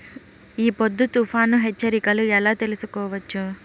ఈ పొద్దు తుఫాను హెచ్చరికలు ఎలా తెలుసుకోవచ్చు?